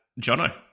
Jono